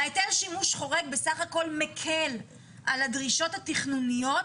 ההיתר שימוש חורג בסך הכל מקל על הדרישות התכנוניות.